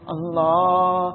Allah